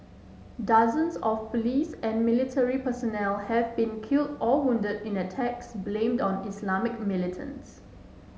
dozens of police and military personnel have been killed or wounded in attacks blamed on Islamist militants